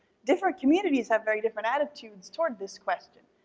different communities have very different attitudes toward this question.